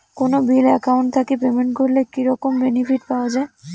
কোনো bill account থাকি payment করলে কি রকম বেনিফিট পাওয়া য়ায়?